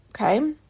Okay